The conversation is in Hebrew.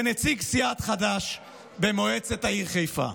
ונציג סיעת חד"ש במועצת העיר חיפה,